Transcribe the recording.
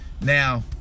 Now